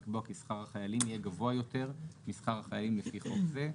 לקבוע כי שכר החיילים יהיה גבוה יותר משכר החיילים לפי חוק זה.